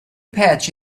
patch